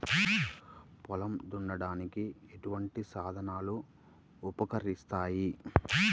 పొలం దున్నడానికి ఎటువంటి సాధనలు ఉపకరిస్తాయి?